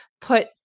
put